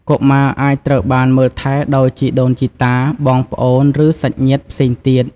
កុមារអាចត្រូវបានមើលថែដោយជីដូនជីតា បងប្អូន ឬសាច់ញាតិផ្សេងទៀត។